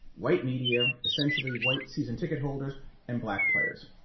white media, essentially white season ticket holders and black players.